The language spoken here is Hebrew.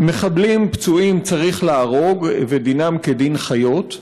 "מחבלים פצועים צריך להרוג ודינם כדין חיות".